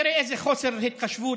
תראה איזה חוסר התחשבות,